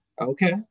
Okay